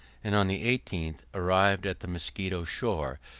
and on the eighteenth arrived at the musquito shore,